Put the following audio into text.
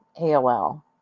AOL